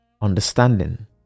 understanding